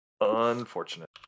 Unfortunate